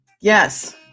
Yes